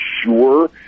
sure